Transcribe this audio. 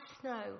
snow